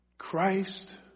Christ